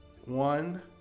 one